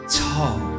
tall